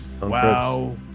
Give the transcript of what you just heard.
wow